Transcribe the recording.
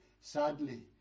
sadly